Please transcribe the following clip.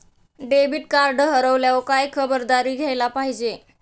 Debit card हरवल्यावर काय खबरदारी घ्यायला पाहिजे?